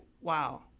wow